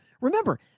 Remember